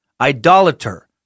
idolater